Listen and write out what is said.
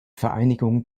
vereinigung